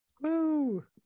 Woo